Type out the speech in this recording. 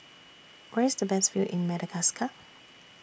Where IS The Best View in Madagascar